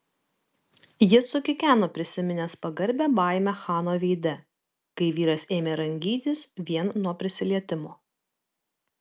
jis sukikeno prisiminęs pagarbią baimę chano veide kai vyras ėmė rangytis vien nuo prisilietimo